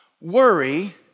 worry